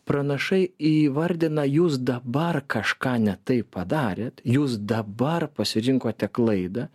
pranašai įvardina jūs dabar kažką ne taip padarėt jūs dabar pasirinkote klaidą